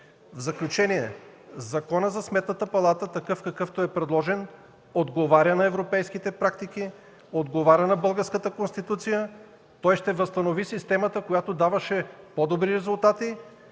В заключение, Законът за Сметната палата, такъв какъвто е предложен, отговаря на европейските практики, отговаря на българската Конституция. Той ще възстанови системата, която даваше по-добри резултати